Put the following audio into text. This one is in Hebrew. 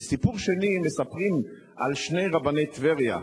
וסיפור שני, מספרים על שני רבני טבריה,